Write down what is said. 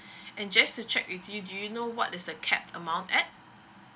and just to check with you do you know what is the capped amount at